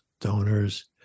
donors